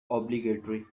obligatory